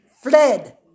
fled